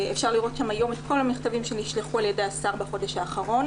אפשר לראות שם היום את כל המכתבים שנשלחו על ידי השר בחודש האחרון.